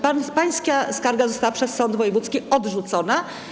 Pańska skarga została przez sąd wojewódzki odrzucona.